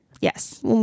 Yes